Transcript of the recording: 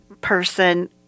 person